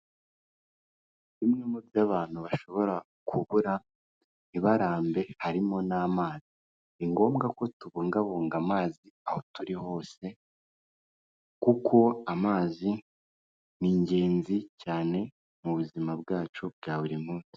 Bimwe mu byo abantu bashobora kubura ntibarambe harimo n'amazi, ni ngombwa ko tubungabunga amazi aho turi hose kuko amazi ni ingenzi cyane mu buzima bwacu bwa buri munsi.